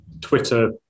Twitter